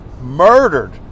murdered